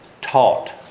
Taught